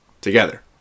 Together